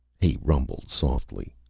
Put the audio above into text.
he rumbled softly.